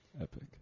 Epic